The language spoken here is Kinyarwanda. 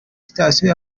sitasiyo